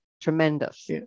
tremendous